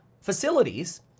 facilities